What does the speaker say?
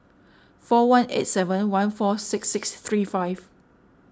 four one eight seven one four six six three five